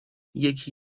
یکی